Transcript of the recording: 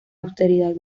austeridad